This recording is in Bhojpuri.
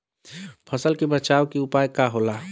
फसल के बचाव के उपाय का होला?